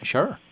Sure